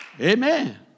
Amen